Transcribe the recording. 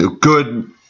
good